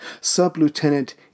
Sub-Lieutenant